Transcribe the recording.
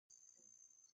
cinco